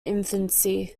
infancy